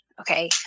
Okay